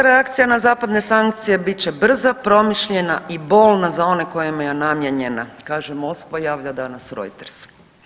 reakcija na zapadne sankcije bit će brza, promišljena i bolna za one kojima je namijenjena kaže Moskva, javlja danas Reuters.